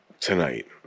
tonight